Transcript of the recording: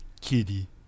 Kitty